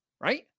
right